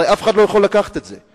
הרי אף אחד לא יכול לקחת את זה.